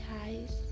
highs